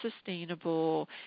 sustainable